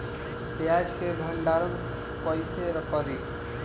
प्याज के भंडारन कईसे करी?